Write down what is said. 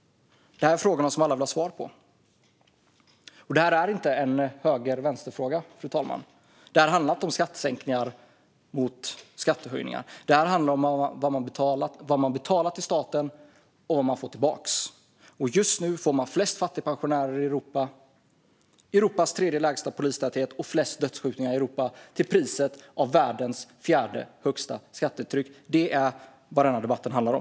Det här är frågorna som alla vill ha svar på, och det är inte en fråga om höger eller vänster, fru talman. Det här handlar inte om skattesänkningar mot skattehöjningar, utan det handlar om vad man betalar till staten och vad man får tillbaka. Just nu får man flest fattigpensionärer i Europa, Europas tredje lägsta polistäthet och flest dödsskjutningar i Europa till priset av världens fjärde högsta skattetryck. Det är vad den här debatten handlar om.